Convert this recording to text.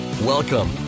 Welcome